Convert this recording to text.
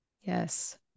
Yes